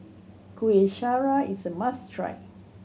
Kuih Syara is a must try